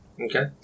Okay